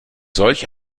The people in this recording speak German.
solch